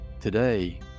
Today